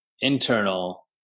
internal